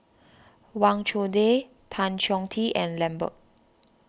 Wang Chunde Tan Chong Tee and Lambert